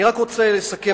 אני רק רוצה לסכם,